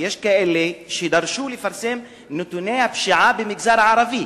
ויש כאלה שדרשו לפרסם את נתוני הפשיעה במגזר הערבי.